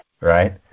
Right